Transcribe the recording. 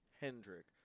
Hendrick